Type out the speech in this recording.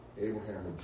Abraham